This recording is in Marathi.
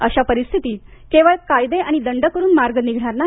अशा परिस्थितीत केवळ कायदे आणि दंड करून मार्ग निघणार नाही